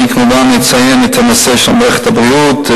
אני כמובן אציין את הנושא של מערכת הבריאות,